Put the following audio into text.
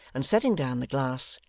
and setting down the glass,